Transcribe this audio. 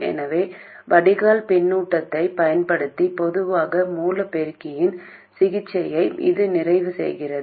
எனவே வடிகால் பின்னூட்டத்தைப் பயன்படுத்தி பொதுவான மூல பெருக்கியின் சிகிச்சையை இது நிறைவு செய்கிறது